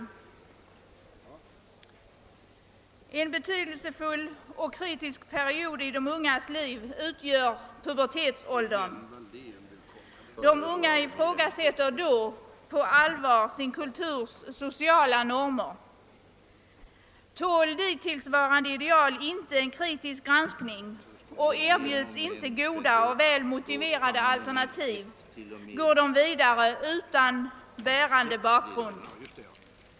Pubertetsåldern är en betydelsefull och kritisk period i de ungas liv då de unga på allvar ifrågasätter sin kulturs sociala normer. Tål dittillsvarande ideal inte en kritisk granskning och erbjuds inte goda och väl motiverade alternativ går de unga vidare utan bärande bakgrund.